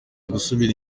gusubira